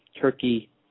turkey